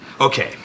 Okay